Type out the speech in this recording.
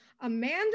amanda